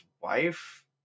wife